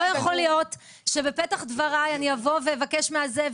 לא יכול להיות שבפתח דבריי אני אבוא ואבקש מזה,